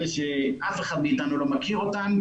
אלה שאף אחד מאיתנו לא מכיר אותם.